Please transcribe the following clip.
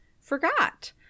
forgot